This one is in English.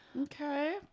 Okay